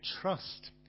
trust